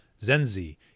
Zenzi